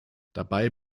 dabei